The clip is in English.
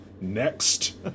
Next